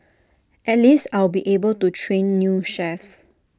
at least I'll be able to train new chefs